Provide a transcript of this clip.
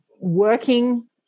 working